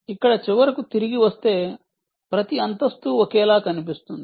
ఇక్కడ చివరకు తిరిగి వస్తే ప్రతి అంతస్తు ఒకేలా కనిపిస్తుంది